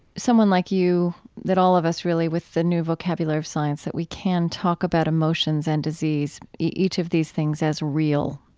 someone like you, that all of us, really, with the new vocabulary of science, that we can talk about emotions and disease, each of these things as real,